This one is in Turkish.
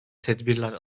tedbirler